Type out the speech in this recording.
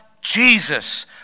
Jesus